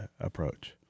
approach